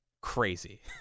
crazy